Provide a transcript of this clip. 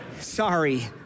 sorry